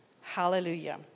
Hallelujah